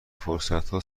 فرصتها